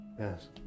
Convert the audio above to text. Yes